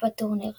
בטורניר